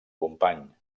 company